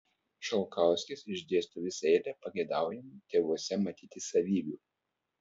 šalkauskis išdėsto visą eilę pageidaujamų tėvuose matyti savybių